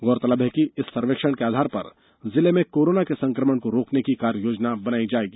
गौरतलब है कि इस सर्वेक्षण के आधार पर जिले में कोरोना के संक्रमण को रोकने की कार्य योजना बनाई जाएगी